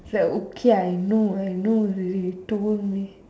like okay I know I know already don't